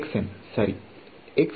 ವಿದ್ಯಾರ್ಥಿ